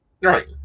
right